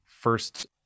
first